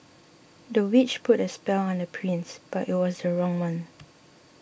the witch put a spell on the prince but it was the wrong one